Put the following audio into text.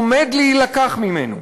עומד להילקח ממנו,